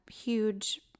huge